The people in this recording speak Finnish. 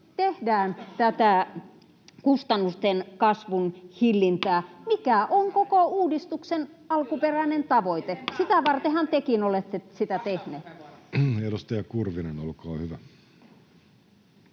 tehdään tätä kustannusten kasvun hillintää, [Kim Berg: Lisäleikkauksia!] mikä on koko uudistuksen alkuperäinen tavoite. Sitä vartenhan tekin olette sitä tehneet. Edustaja Kurvinen, olkaa hyvä.